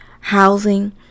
housing